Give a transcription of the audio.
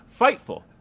Fightful